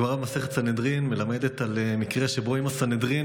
הגמרא במסכת סנהדרין מלמדת על מקרה שבו אם הסנהדרין